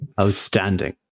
Outstanding